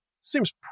seems